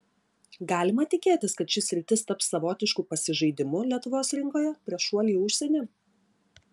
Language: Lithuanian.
galima tikėtis kad ši sritis taps savotišku pasižaidimu lietuvos rinkoje prieš šuolį į užsienį